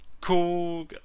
cool